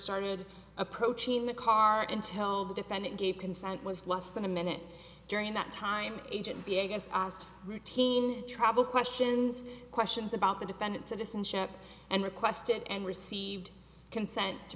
started approaching the car until the defendant gave consent was less than a minute during that time agent be i guess i asked routine travel questions questions about the defendant's citizenship and requested and received consent to